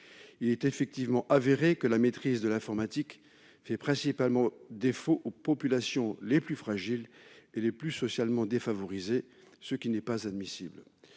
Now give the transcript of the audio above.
En effet, il est prouvé que la maîtrise de l'informatique fait principalement défaut aux populations les plus fragiles et les plus socialement défavorisées, ce qui n'est pas admissible.